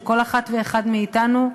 של כל אחת ואחד מאתנו,